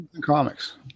comics